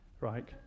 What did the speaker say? right